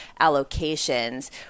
allocations